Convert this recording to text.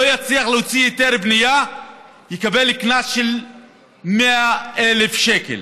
יצליח להוציא היתר בנייה יקבל קנס של 100,000 שקל,